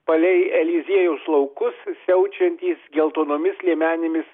palei eliziejaus laukus siaučiantys geltonomis liemenėmis